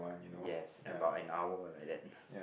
yes about an hour like that